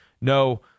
No